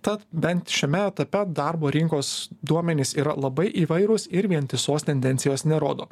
tad bent šiame etape darbo rinkos duomenys yra labai įvairūs ir vientisos tendencijos nerodo